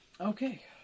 Okay